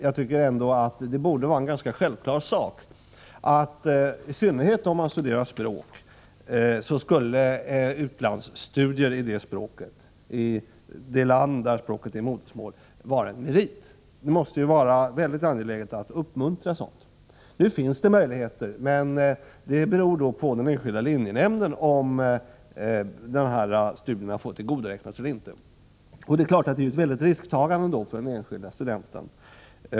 Jag tycker ändå att det borde vara ganska självklart att man vid studier i ett ffrämmande språk skall kunna tillgodoräkna sig studier i landet i fråga som en merit. Det måste vara mycket angeläget att uppmuntra sådana studier. Nu finns det möjligheter, men det ankommer på den enskilda linjenämnden om studierna får tillgodoräknas som merit eller ej. Då blir det självfallet ett stort risktagande för den enskilde studenten.